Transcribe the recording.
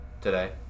today